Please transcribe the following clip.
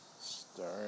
start